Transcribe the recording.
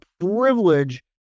privilege